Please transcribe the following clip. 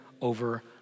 over